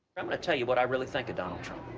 i'm going to tell you what i really think of donald trump.